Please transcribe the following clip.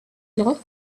cloth